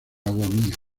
agonía